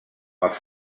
els